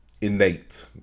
innate